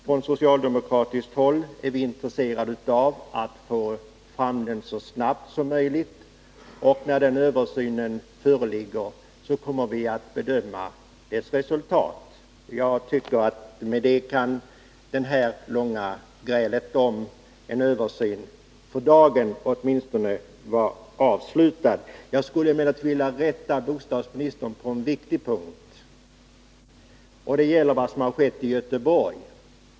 Från socialdemokratiskt håll är vi intresserade av att få fram denna översyn så snabbt som möjligt, och när den föreligger kommer vi att bedöma dess resultat. Jag tycker att med detta kan det här långa grälet om en översyn åtminstone för dagen vara avslutat. Jag skulle emellertid vilja rätta bostadsministern på en viktig punkt. Det gäller vad som har skett i Göteborg.